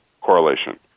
correlation